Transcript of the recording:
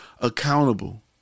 accountable